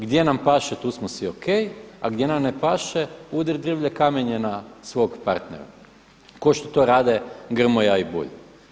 Gdje nam paše tu smo si ok a gdje nam ne paše udri drvlje, kamenje na svog partnera kao što to rade Grmoja i Bulj.